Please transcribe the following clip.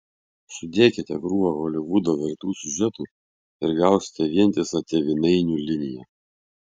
sudėkite krūvą holivudo vertų siužetų ir gausite vientisą tėvynainių liniją